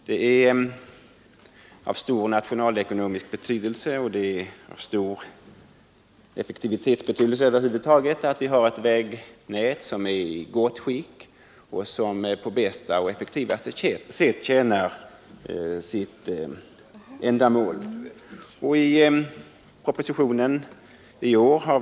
Det är av stor nationalekonomisk betydelse och av stor betydelse ur effektivitetssynpunkt att vi har ett vägnät som är i gott skick och som på bästa och effektivaste sätt tjänar sitt ändamål.